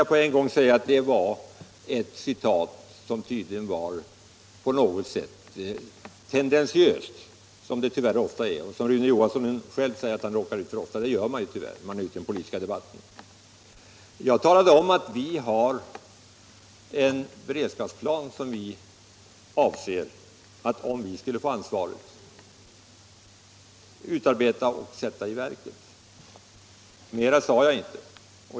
Jag vill säga att det citatet på något sätt var tendentiöst — som det ju ofta är och som Rune Johansson själv har sagt att han ibland råkar ut för, det gör man tyvärr när man deltar i politiska debatter. Jag talade om att vi har en beredskapsplan som vi, om vi skulle få ansvaret i regeringsställning, avser att utarbeta och sätta i verket. Mera sade jag inte.